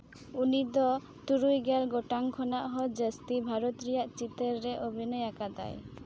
ᱩᱱᱤ ᱫᱚ ᱛᱩᱨᱩᱭ ᱜᱮᱞ ᱜᱚᱴᱟᱝ ᱠᱷᱚᱱᱟᱜ ᱦᱚᱸ ᱡᱟᱹᱥᱛᱤ ᱵᱷᱟᱨᱚᱛ ᱨᱮᱭᱟᱜ ᱪᱤᱛᱟᱹᱨ ᱨᱮ ᱚᱵᱷᱤᱱᱚᱭ ᱟᱠᱟᱫᱟᱭ